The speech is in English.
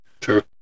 True